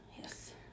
yes